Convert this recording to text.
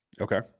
Okay